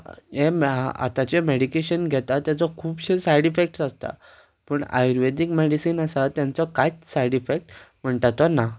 हे आतांचे मॅडिकेशन घेता ताचो खुबशे सायड इफेक्ट्स आसता पूण आयुर्वेदीक मॅडिसीन आसा तांचो कांयच सायड इफेक्ट म्हणटा तो ना